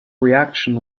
reaction